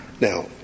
Now